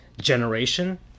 generation